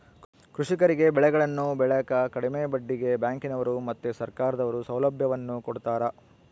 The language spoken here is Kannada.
ಕೃಷಿಕರಿಗೆ ಬೆಳೆಗಳನ್ನು ಬೆಳೆಕ ಕಡಿಮೆ ಬಡ್ಡಿಗೆ ಬ್ಯಾಂಕಿನವರು ಮತ್ತೆ ಸರ್ಕಾರದವರು ಸೌಲಭ್ಯವನ್ನು ಕೊಡ್ತಾರ